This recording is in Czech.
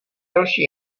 další